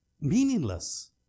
meaningless